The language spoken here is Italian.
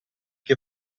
che